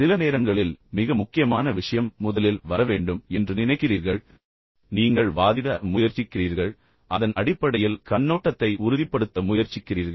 சில நேரங்களில் மிக முக்கியமான விஷயம் முதலில் வர வேண்டும் என்று நீங்கள் நினைக்கிறீர்கள் பின்னர் நீங்கள் வாதிட முயற்சிக்கிறீர்கள் அல்லது அதன் அடிப்படையில் உங்கள் கண்ணோட்டத்தை உறுதிப்படுத்த முயற்சிக்கிறீர்கள்